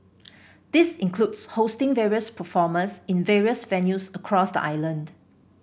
this includes hosting various performers in various venues across the island